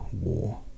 war